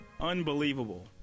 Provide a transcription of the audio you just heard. Unbelievable